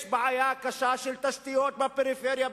יש בעיה קשה של תשתיות בפריפריה,